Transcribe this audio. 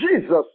Jesus